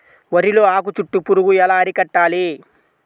వరిలో ఆకు చుట్టూ పురుగు ఎలా అరికట్టాలి?